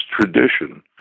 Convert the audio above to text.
tradition